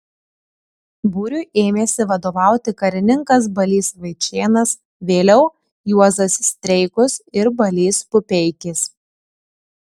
būriui ėmėsi vadovauti karininkas balys vaičėnas vėliau juozas streikus ir balys pupeikis